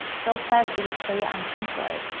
jill says, do we stay on synthroid?